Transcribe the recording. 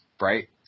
right